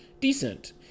decent